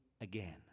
again